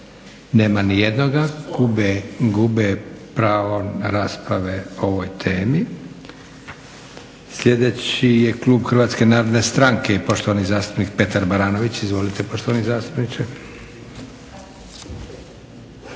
Nema nijednoga, gube pravo na rasprave o ovoj temi. Sljedeći je Klub HNS-a i poštovani zastupnik Petar Baranović. Izvolite poštovani zastupniče.